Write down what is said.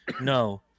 no